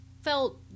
felt